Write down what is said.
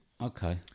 Okay